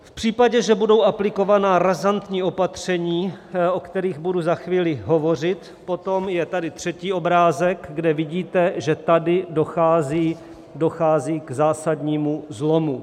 V případě, že budou aplikována razantní opatření, o kterých budu za chvíli hovořit, potom je tady třetí obrázek , kde vidíte, že tady dochází k zásadnímu zlomu.